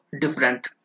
different